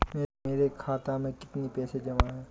मेरे खाता में कितनी पैसे जमा हैं?